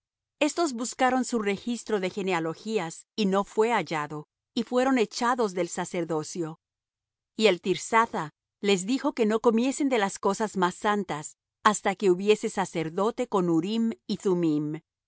estos buscaron su registro de genealogías y no fué hallado y fueron echados del sacerdocio y el tirsatha les dijo que no comiesen de las cosas más santas hasta que hubiese sacerdote con urim y